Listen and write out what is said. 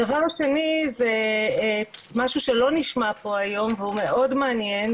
הדבר השני משהו שלא נשמע פה היום והוא מאוד מעניין,